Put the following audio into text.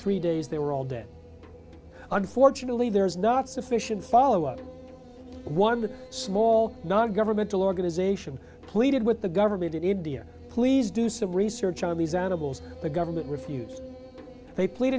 three days they were all dead unfortunately there is not sufficient follow up one small non governmental organization pleaded with the government in india please do some research on these animals the government refused they pleaded